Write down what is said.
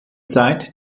zeit